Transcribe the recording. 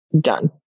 Done